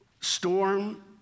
storm